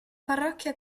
parrocchia